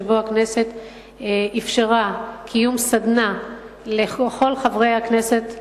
שבו הכנסת אפשרה קיום סדנה לכל חברי הכנסת,